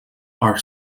are